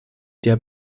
der